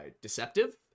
deceptive